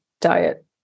diet